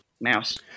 mouse